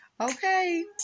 Okay